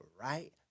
right